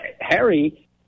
Harry